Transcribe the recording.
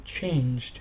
changed